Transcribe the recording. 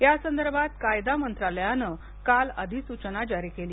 या संदर्भात कायदा मंत्रालयाने काल अधिसूचना जारी केली